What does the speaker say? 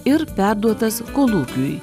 ir perduotas kolūkiui